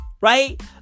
Right